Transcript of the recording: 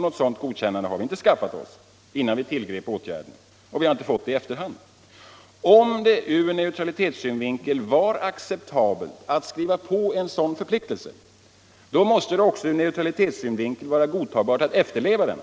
Något sådant godkännande har vi inte skaffat oss innan vi tillgrep åtgärden och inte heller fått i efterhand. Om det ur neutralitetssynvinkel var acceptabelt att skriva på en sådan förpliktelse måste det ur neutralitetssynvinkel också vara godtagbart att efterleva den.